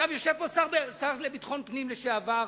יושב פה שר לביטחון פנים לשעבר,